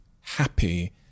happy